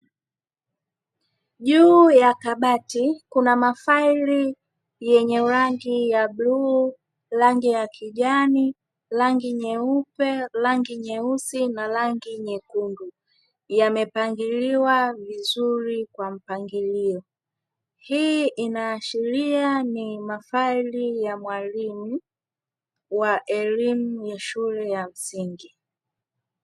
Juu ya kabati kuna mafaili yenye rangi ya bluu, rangi ya kijani, rangi nyeupe, rangi nyeusi na rangi nyekundu, yamepangiliwa vizuri kwa mpangilio. Hii inaashiria ni mafaili ya mwalimu wa elimu ya shule ya msingi.